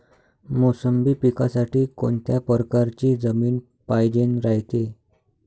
मोसंबी पिकासाठी कोनत्या परकारची जमीन पायजेन रायते?